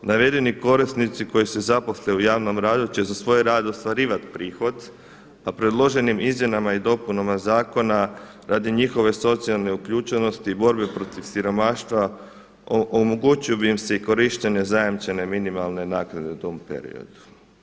Navedeni korisnici koji se zaposle u javnom radu će za svoj rad ostvarivat prihod, a predloženim izmjenama i dopunama zakona radi njihove socijalne uključenosti i borbe protiv siromaštva omogućilo bi im se i korištenje zajamčene minimalne naknade u tom periodu.